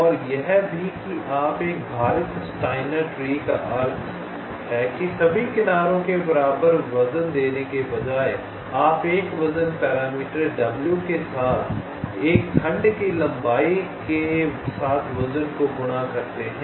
और यह भी कि आप एक भारित स्टाइनर ट्री का अर्थ है कि सभी किनारों के बराबर वजन देने के बजाय आप एक वजन पैरामीटर W के साथ एक खंड की लंबाई के साथ वजन को गुणा करते हैं